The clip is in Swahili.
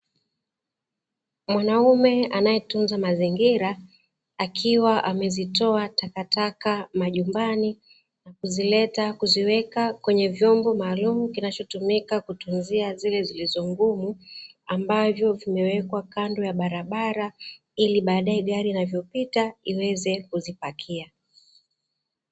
Mwanaume anayetunza mazingira anaye zitoa takataka nyumbani, kuzileta kuziweka kwenye vyombo maalumu kinachotumika kuhifadhia zile zilizongumu ambavyo vimewekwa kando ya barabara ili badae gari inapopita iweze kuzipakia.